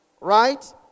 right